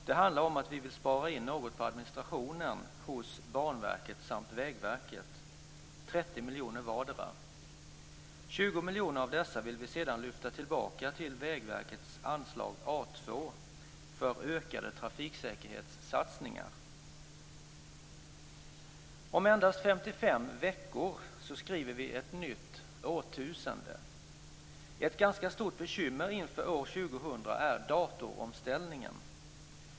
Det handlar om att vi vill spara in något på administrationen hos Banverket samt Vägverket - 30 miljoner vardera. 20 miljoner av dessa vill vi sedan lyfta tillbaka till Vägverkets anslag Om endast 55 veckor skriver vi ett nytt årtusende. Ett ganska stort bekymmer inför år 2000 är datoromställningen.